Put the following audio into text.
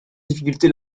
difficulté